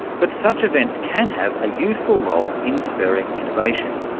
but such events can have a useful role in spurring innovation.